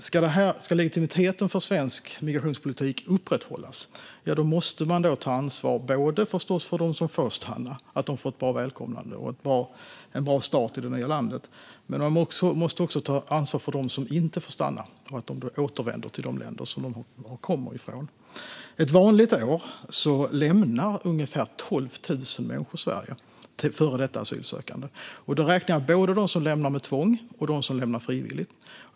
Ska legitimiteten för svensk migrationspolitik upprätthållas måste man ta ansvar både för dem som får stanna, så att de får ett bra välkomnande och en bra start i det nya landet, och för dem som inte får stanna, så att de återvänder till de länder som de kommer ifrån. Ett vanligt år lämnar ungefär 12 000 människor Sverige; det handlar om före detta asylsökande. Då räknar jag både dem som lämnar med tvång och dem som gör det frivilligt.